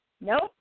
nope